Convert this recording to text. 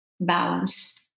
balance